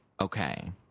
okay